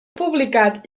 publicat